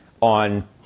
on